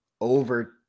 over